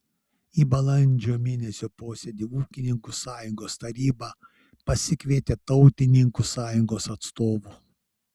į balandžio mėnesio posėdį ūkininkų sąjungos taryba pasikvietė tautininkų sąjungos atstovų